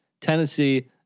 Tennessee